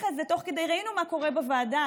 שההליך הזה, תוך כדי, ראינו מה קורה בוועדה.